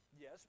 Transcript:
Yes